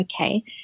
okay